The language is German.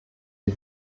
wie